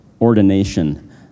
ordination